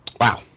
Wow